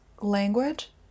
language